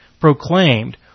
proclaimed